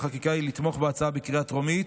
חקיקה היא לתמוך בהצעה בקריאה הטרומית